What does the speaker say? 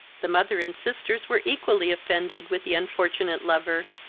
the mother and sisters were equally offended with the unfortunate lover,